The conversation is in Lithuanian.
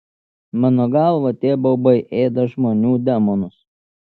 mano galva tie baubai ėda žmonių demonus